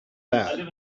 that